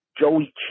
Joey